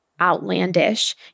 outlandish